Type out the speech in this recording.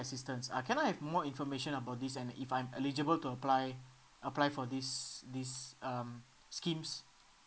assistance uh can I have more information about this and if I'm eligible to apply apply for this this um schemes